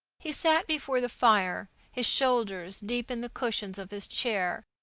he sat before the fire, his shoulders deep in the cushions of his chair,